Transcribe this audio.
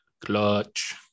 clutch